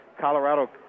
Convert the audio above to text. colorado